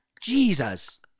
Jesus